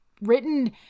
written